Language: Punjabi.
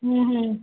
ਹੁੰ ਹੁੰ